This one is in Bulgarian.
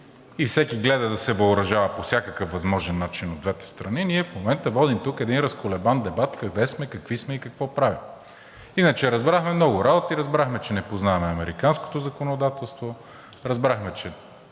и всеки гледа да се въоръжава по всякакъв възможен начин от двете страни, ние в момента водим тук един разколебан дебат къде сме, какви сме и какво правим. Иначе разбрахме много работи, разбрахме, че не познаваме американското законодателство, разбрахме, че